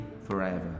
forever